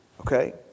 Okay